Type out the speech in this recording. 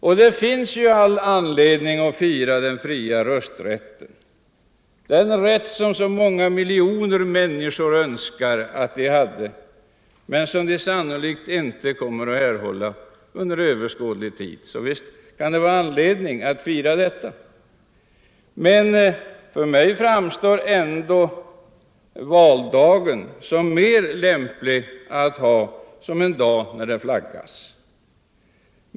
Och visst finns det anledning att fira den fria rösträtten — den rätt som så många miljoner människor önskar att de hade men sannolikt inte kommer att erhålla under överskådlig tid — men för mig framstår ändå valdagen som lämplig flaggdag.